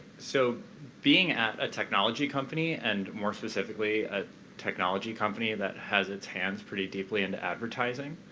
so being at a technology company, and more specifically, a technology company that has its hands pretty deeply into advertising,